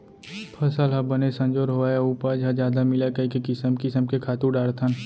फसल ह बने संजोर होवय अउ उपज ह जादा मिलय कइके किसम किसम के खातू डारथन